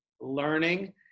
learning